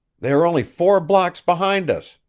they are only four blocks behind us.